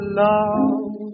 love